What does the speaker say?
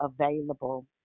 available